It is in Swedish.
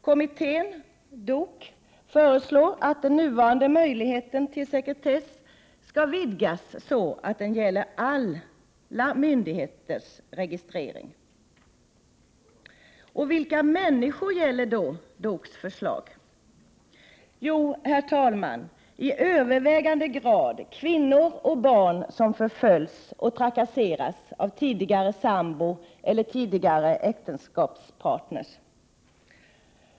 Kommittén, DOK, föreslår att den nuvarande möjligheten till sekretess skall utvidgas, så att den gäller alla myndigheters registrering. Vilka människor gäller då DOK:s förslag? Jo, herr talman, det gäller till största delen kvinnor och barn som förföljs och trakasseras av tidigare sambor eller tidigare äktenskapspartner.